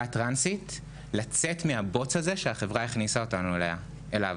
הטרנסית לצאת מהבוץ הזה שהחברה הכניסה אותנו אליו.